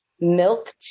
milk